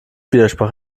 widersprach